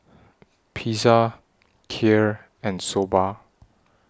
Pizza Kheer and Soba